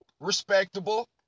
Respectable